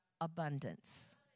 abundance